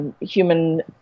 human